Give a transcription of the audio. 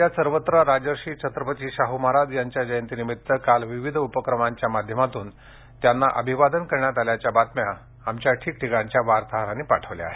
राज्यात सर्वत्र राजर्षी छत्रपती शाह् महाराज यांच्या जयंतीनिमित्त काल विवीध उपक्रमांच्या माध्यमातून त्यांना अभिवादन करण्यात आल्याच्या बातम्या आमच्या ठिकठिकाणच्या वार्ताहरांनी पाठवल्या आहेत